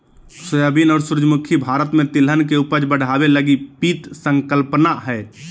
soybean और सूरजमुखी भारत में तिलहन के उपज बढ़ाबे लगी पीत संकल्पना हइ